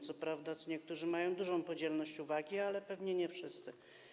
Co prawda niektórzy mają dużą podzielność uwagi, ale pewnie nie wszyscy.